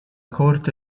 corte